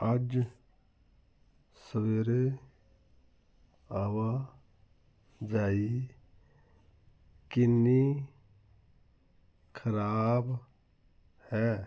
ਅੱਜ ਸਵੇਰੇ ਆਵਾਜਾਈ ਕਿੰਨੀ ਖਰਾਬ ਹੈ